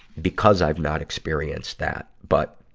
because i've not experienced that. but,